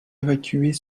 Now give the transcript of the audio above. évacuer